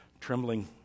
Trembling